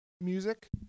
Music